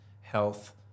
health